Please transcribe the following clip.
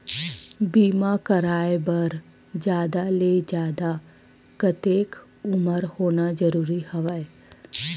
बीमा कराय बर जादा ले जादा कतेक उमर होना जरूरी हवय?